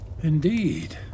Indeed